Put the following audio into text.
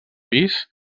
pis